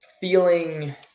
feeling